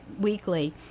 weekly